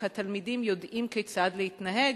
כי התלמידים יודעים כיצד להתנהג